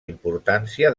importància